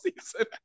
season